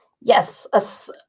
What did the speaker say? yes